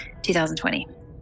2020